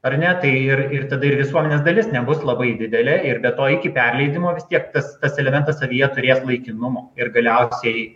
ar ne tai ir ir tada ir visuomenės dalis nebus labai didelė ir be to iki perleidimo vis tiek tas tas elementas savyje turės laikinumo ir galiausiai